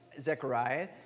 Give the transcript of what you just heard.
Zechariah